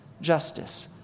justice